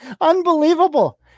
Unbelievable